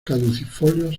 caducifolios